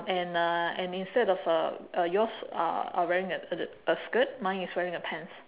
and uh and instead of uh uh yours uh are wearing a a skirt mine is wearing a pants